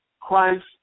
Christ